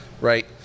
right